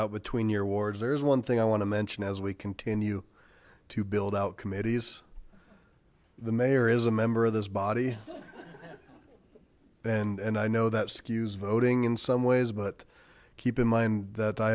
out between your wards there is one thing i want to mention as we continue to build out committees the mayor is a member of this body and i know that skews voting in some ways but keep in mind that i